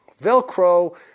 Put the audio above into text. Velcro